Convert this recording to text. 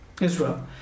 Israel